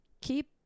keep